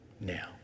Now